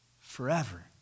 forever